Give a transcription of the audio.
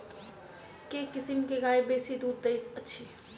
केँ किसिम केँ गाय बेसी दुध दइ अछि?